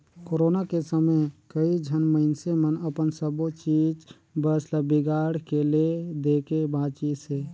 corona के समे कइझन मइनसे मन अपन सबो चीच बस ल बिगाड़ के ले देके बांचिसें